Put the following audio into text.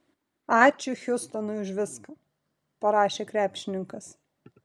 ačiū hjustonui už viską parašė krepšininkas